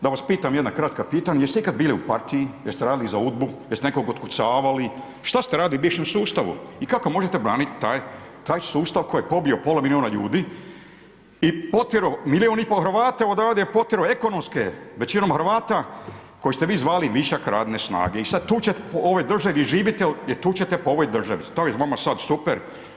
Da vas pitam jedno kratko pitanje, jeste li ikada bili u partiji, jeste radili za Udbu, jeste nekoga otkucavali, šta ste radili u bivšem sustavu i kako možete braniti taj sustav koji je pobio pola milijuna ljudi i potjerao milijun i pol Hrvata odavde potjerao, ekonomske, većinom Hrvata, koje ste vi zvali višak radne snage i sad tučete, po ovoj državi živite, gdje tučete po ovoj državi, to je vama sada super.